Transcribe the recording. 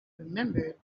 remembered